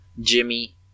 Jimmy